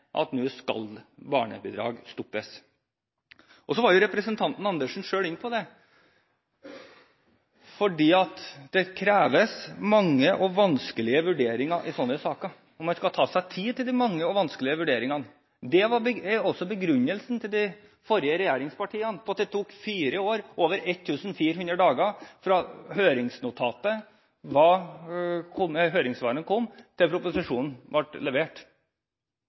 at barnebidrag nå skal stoppes. Så var representanten Andersen selv inne på at fordi det kreves mange og vanskelige vurderinger i sånne saker, skal en da ta seg tid til de mange og vanskelige vurderingene. Det var også begrunnelsen til de forrige regjeringspartiene for at det tok fire år – over 1 400 dager – fra høringssvarene kom, til proposisjonen ble levert.